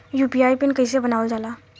UPI PIN कइसे बनावल जाला?